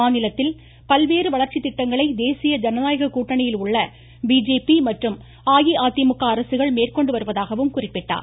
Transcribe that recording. மாநிலத்தில் பல்வேறு வளர்ச்சி திட்டங்களை தேசிய ஜனநாயக கூட்டணியில் உள்ள பிஜேபி மற்றும் அதிமுக அரசுகள் மேற்கொண்டு வருவதாகவும் குறிப்பிட்டார்